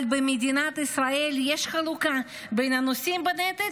אבל במדינת ישראל יש חלוקה בין הנושאים בנטל